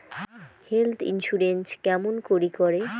Health insurance কেমন করি করে?